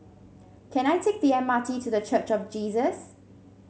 can I take the M R T to The Church of Jesus